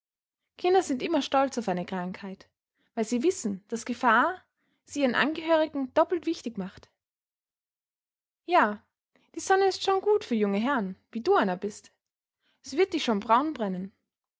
kinder sind immer stolz auf eine krankheit weil sie wissen daß gefahr sie ihren angehörigen doppelt wichtig macht ja die sonne ist schon gut für junge herren wie du einer bist sie wird dich schon braun brennen